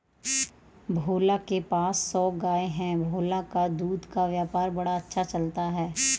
भोला के पास सौ गाय है भोला का दूध का व्यापार बड़ा अच्छा चलता है